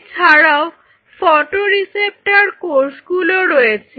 এছাড়াও photo receptor কোষগুলো রয়েছে